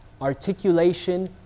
Articulation